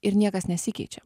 ir niekas nesikeičia